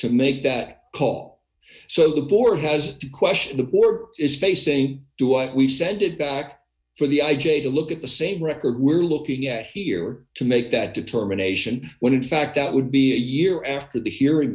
to make that call so the board has to question the war is facing do what we said it back for the i j a to look at the same record we're looking at here to make that determination when in fact that would be a year after the hearing